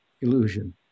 illusion